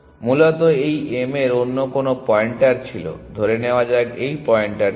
মূলত এই m এর অন্য কোনো পয়েন্টার ছিল ধরে নেয়া যাক এই পয়েন্টার ছিল